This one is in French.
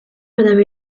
madame